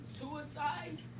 suicide